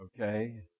okay